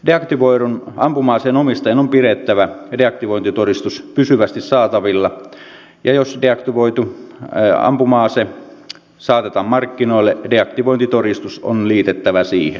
deaktivoidun ampuma aseen omistajan on pidettävä deaktivointitodistus pysyvästi saatavilla ja jos deaktivoitu ampuma ase saatetaan markkinoille deaktivointitodistus on liitettävä siihen